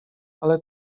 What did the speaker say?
ale